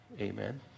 amen